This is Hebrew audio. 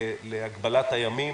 להגבלת הימים,